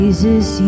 Jesus